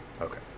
Okay